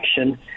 action